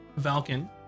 valken